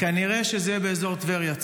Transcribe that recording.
כנראה שזה יהיה באזור טבריה,